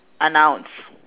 are nouns